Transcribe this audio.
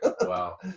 wow